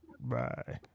Bye